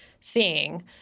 seeing